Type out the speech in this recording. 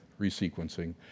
resequencing